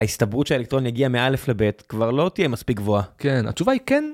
ההסתברות שהאלקטרון יגיע מא' לב' כבר לא תהיה מספיק גבוהה. כן, התשובה היא כן.